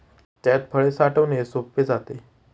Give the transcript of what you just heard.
त्यात फळे साठवणे सोपे जाते